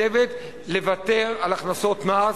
לוותר על הכנסות מס.